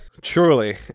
Truly